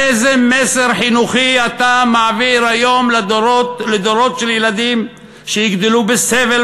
איזה מסר חינוכי אתה מעביר היום לדורות של ילדים שיגדלו בסבל